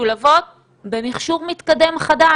משולבות במכשור מתקדם חדש.